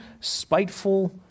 spiteful